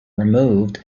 removed